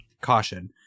caution